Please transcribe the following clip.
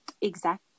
exact